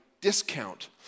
discount